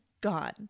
gone